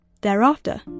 Thereafter